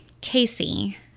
Casey